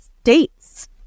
states